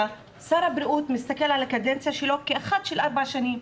שר הבריאות מסתכל על הקדנציה שלו כעל כזאת של ארבע שנים,